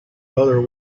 other